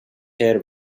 hare